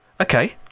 Okay